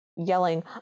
yelling